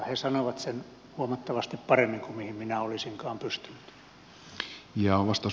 he sanoivat sen huomattavasti paremmin kuin mihin minä olisinkaan pystynyt